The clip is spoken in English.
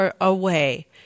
away